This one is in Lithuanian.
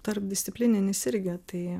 tarpdisciplininis irgi tai